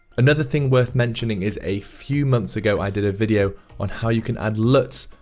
another thing worth mentioning is a few months ago i did a video on how you can add luts,